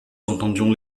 entendions